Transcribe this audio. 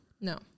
No